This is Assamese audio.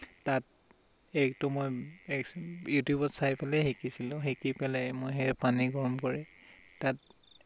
তাত এগটো মই এগ্ছ ইউটিউবত চাই পেলাই শিকিছিলোঁ শিকি পেলাই মই সেই পানী গৰম কৰি তাত